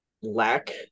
lack